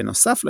בנוסף לכך,